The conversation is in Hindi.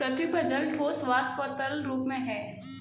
पृथ्वी पर जल ठोस, वाष्प और तरल रूप में है